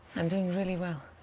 i'm doing really well,